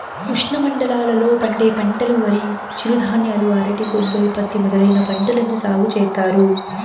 ఉష్ణమండలాల లో పండే పంటలువరి, చిరుధాన్యాలు, అరటి, కొబ్బరి, పత్తి మొదలైన పంటలను సాగు చేత్తారు